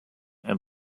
and